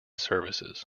services